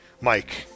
Mike